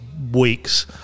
weeks